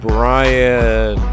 Brian